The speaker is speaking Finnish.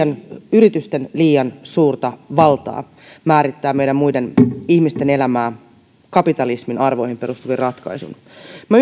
yritysten liian suurta valtaa määrittää meidän muiden ihmisten elämää kapitalismin arvoihin perustuvin ratkaisuin minä